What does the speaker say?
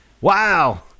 wow